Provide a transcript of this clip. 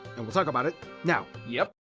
and we'll talk about it. now. yep.